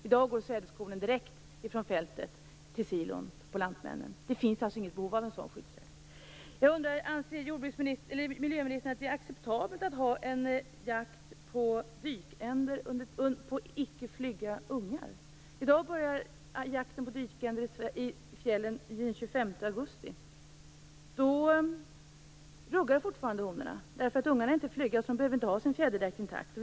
I dag går sädeskornen direkt från fältet till Lantmännens silo. Det finns alltså inget behov av någon sådan skyddsjakt. Anser miljöministern att jakt på dykänder med icke flygga ungar är acceptabel? I dag börjar jakten på dykänder i fjällen den 25 augusti. Då ruggar fortfarande honorna, därför att ungarna inte är flygga. De behöver alltså inte ha sin fjäderdräkt intakt.